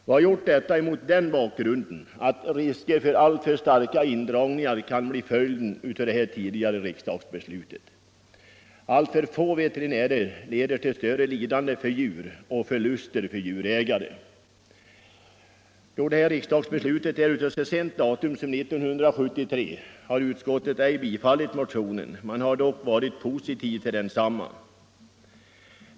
Vi har gjort detta mot den bakgrunden att risker för alltför starka indragningar kan bli följden av det tidigare riksdagsbeslutet. Alltför få veterinärer leder till större lidande för djur och förluster för djurägare. Det föreligger ytterligare två motioner som påtalar bristen av veterinärservice på andra håll i landet. Då riksdagsbeslutet är av så sent datum som 1973, har utskottet ej tillstyrkt motionerna. Utskottet har dock varit positivt till desamma.